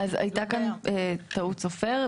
אז הייתה כאן טעות סופר.